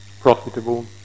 profitable